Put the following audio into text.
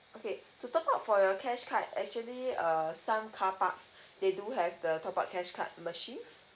okay to top up for your cash card actually err some carparks they do have the top up cash card machines